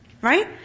right